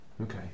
Okay